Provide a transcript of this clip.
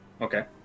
Okay